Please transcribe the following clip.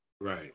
Right